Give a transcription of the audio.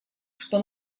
что